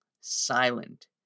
silent